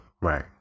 Right